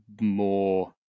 more